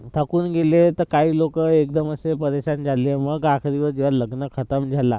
थकून गेले तर काही लोक एकदम असे परेशान झाले मग आखरी वक जेव्हा लग्न खतम झाला